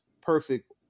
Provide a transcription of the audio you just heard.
perfect